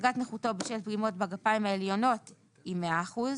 דרגת נכותו בשל פגימות בגפיים עליונות היא 100 אחוזים.